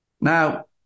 Now